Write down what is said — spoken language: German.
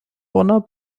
bonner